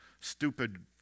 stupid